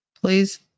Please